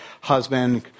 husband